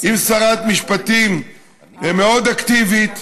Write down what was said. עם שרת משפטים מאוד אקטיבית,